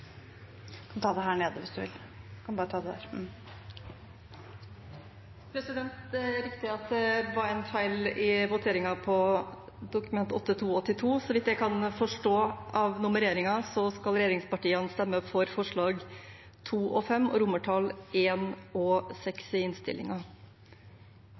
Det er riktig at det var en feil i voteringen på Dokument 8:282. Så vidt jeg kan forstå av nummereringen, skal regjeringspartiene stemme for forslagene nr. 2 og 5 og I og